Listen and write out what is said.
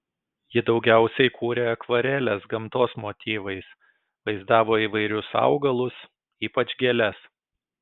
ji daugiausiai kūrė akvareles gamtos motyvais vaizdavo įvairius augalus ypač gėles